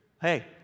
hey